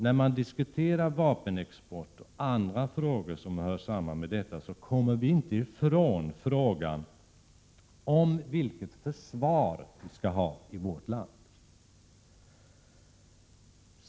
När vi diskuterar vapenexport och andra frågor som hör samman med detta kommer vi inte ifrån frågan om vilket försvar vi skall ha i vårt land.